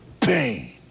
pain